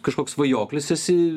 kažkoks svajoklis esi